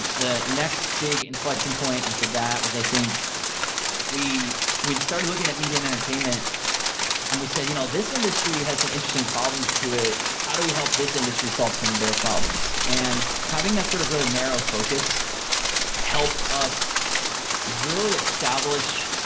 um the next big inflection point after that was i think we we started looking at media and entertainment and we said, you know this industry has some interesting problems to it. how do we help this industry solve some of their problems? and having that sort of really narrow focus helped us really establish,